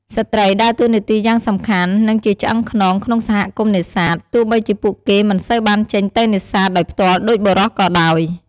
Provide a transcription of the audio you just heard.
ស្ត្រីដើរតួនាទីយ៉ាងសំខាន់ និងជាឆ្អឹងខ្នងក្នុងសហគមន៍នេសាទ ទោះបីជាពួកគេមិនសូវបានចេញទៅនេសាទដោយផ្ទាល់ដូចបុរសក៏ដោយ។